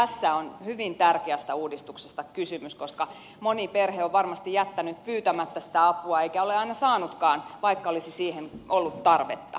tässä on hyvin tärkeästä uudistuksesta kysymys koska moni perhe on varmasti jättänyt pyytämättä sitä apua eikä ole aina saanutkaan vaikka olisi siihen ollut tarvetta